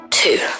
two